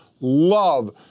love